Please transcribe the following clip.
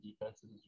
defenses